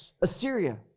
Assyria